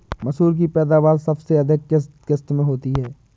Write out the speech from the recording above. मसूर की पैदावार सबसे अधिक किस किश्त में होती है?